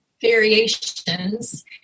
variations